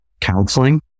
counseling